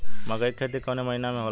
मकई क खेती कवने महीना में होला?